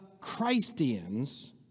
Christians